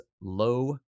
low